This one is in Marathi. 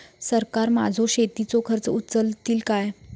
सरकार माझो शेतीचो खर्च उचलीत काय?